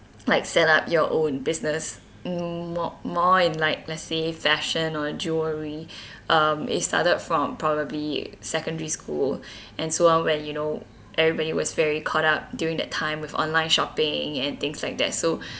like set up your own business mm mo~ more in like let's say fashion or jewellery um it started from probably secondary school and so on when you know everybody was very caught up during that time with online shopping and things like that so